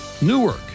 Newark